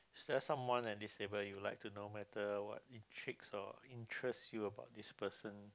does someone at this table you would like to know whether what intrigues or interests you about this person